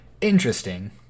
interesting